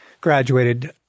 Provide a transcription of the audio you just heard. graduated